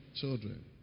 children